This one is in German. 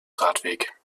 radweg